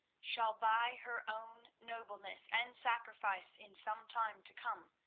shall by her own nobleness and sacrifice, in some time to come,